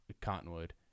Cottonwood